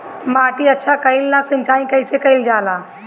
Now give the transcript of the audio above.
माटी अच्छा कइला ला सिंचाई कइसे कइल जाला?